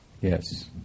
Yes